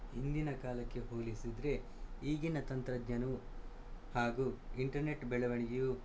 ಹಿಂದಿನ ಕಾಲಕ್ಕೆ ಹೋಲಿಸಿದರೆ ಈಗಿನ ತಂತ್ರಜ್ಞಾನವು ಹಾಗೂ ಇಂಟರ್ನೆಟ್ ಬೆಳವಣಿಗೆಯು